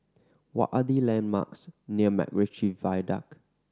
what are the landmarks near MacRitchie Viaduct